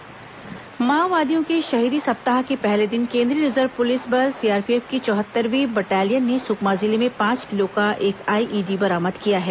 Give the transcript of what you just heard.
शहीदी सप्ताह माओवादियों के शहीदी सप्ताह के पहले दिन केंद्रीय रिजर्व पुलिस बल सीआरपीएफ की चौहत्तरवीं बटालियन ने सुकमा जिले में पांच किलो का एक आईईडी बरामद किया है